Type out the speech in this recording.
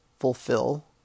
fulfill